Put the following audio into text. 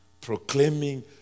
proclaiming